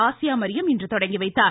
Asia Mariyam இன்று தொடங்கி வைத்தார்